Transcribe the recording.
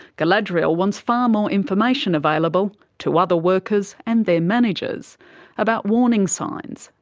galadriel wants far more information available to other workers and their managers about warning signs,